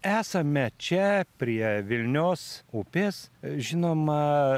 esame čia prie vilnios upės žinoma